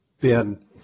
Ben